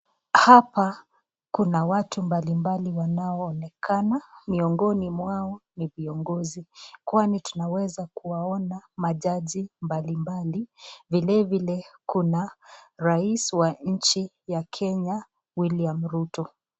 Hapa kuna watu mbalimbali, wanaonekana miongoni mwao ni viongozi, kwani tunaweza kuwaona majaji mbalimbali vile vile, kuna rais ya nchi ya Kenya William Ruto.